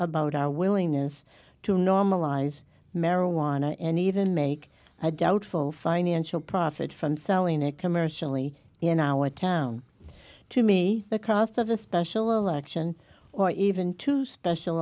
about our willingness to normalize marijuana and even make i doubt full financial profit from selling it commercially in our town to me the cost of a special election or even two special